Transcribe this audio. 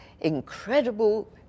incredible